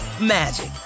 magic